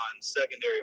secondary